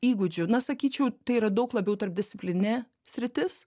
įgūdžių na sakyčiau tai yra daug labiau tarpdisciplininė sritis